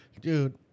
Dude